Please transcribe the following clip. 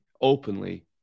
openly